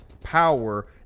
power